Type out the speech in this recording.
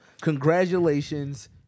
Congratulations